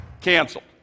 canceled